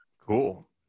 cool